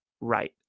right